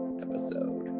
episode